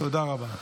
תודה רבה.